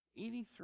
83